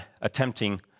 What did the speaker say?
attempting